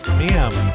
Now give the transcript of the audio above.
Ma'am